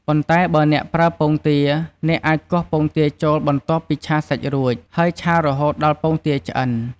ប៉ុន្តែបើអ្នកប្រើពងទា អ្នកអាចគោះពងទាចូលបន្ទាប់ពីឆាសាច់រួច ហើយឆារហូតដល់ពងទាឆ្អិន។